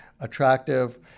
Attractive